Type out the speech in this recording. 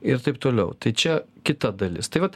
ir taip toliau tai čia kita dalis tai vat